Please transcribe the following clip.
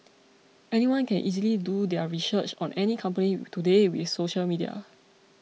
anyone can easily do their research on any company today with social media